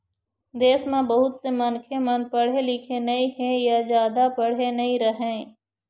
देश म बहुत से मनखे मन पढ़े लिखे नइ हे य जादा पढ़े नइ रहँय